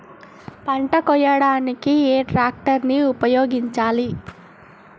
పంట కోయడానికి ఏ ట్రాక్టర్ ని ఉపయోగించాలి?